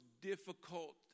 difficult